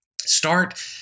Start